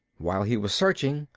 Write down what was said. while he was searching,